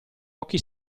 occhi